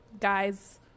guys